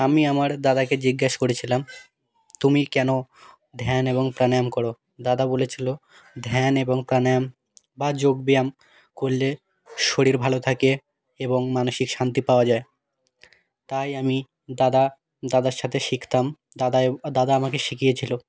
আমি আমার দাদাকে জিজ্ঞেস করেছিলাম তুমি কেন ধ্যান এবং প্রাণায়াম করো দাদা বলেছিলো ধ্যান এবং প্রাণায়াম বা যোগব্যায়াম করলে শরীর ভালো থাকে এবং মানসিক শান্তি পাওয়া যায় তাই আমি দাদা দাদার সাথে শিখতাম দাদাই দাদা আমাকে শিখিয়েছিলো